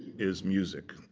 is music.